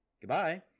Goodbye